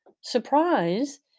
Surprise